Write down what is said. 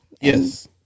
yes